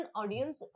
audience